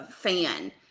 fan